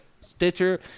Stitcher